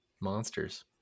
monsters